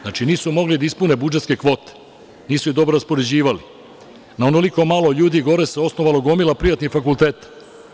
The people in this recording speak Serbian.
Znači, nisu mogli da ispune budžetske kvote, nisu ih dobro raspoređivali, na onoliko malo ljudi osnovala se gomila privatnih fakulteta.